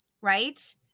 Right